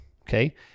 okay